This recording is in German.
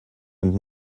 und